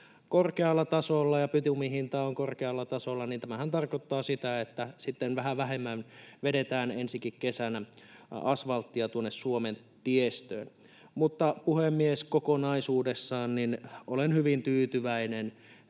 korkealla tasolla ja bitumin hinta on korkealla tasolla, ja tämähän tarkoittaa, että sitten vähän vähemmän vedetään ensikin kesänä asvalttia tuonne Suomen tiestöön. Puhemies! Kokonaisuudessaan olen monelta osin hyvin tyytyväinen